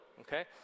okay